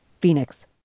Phoenix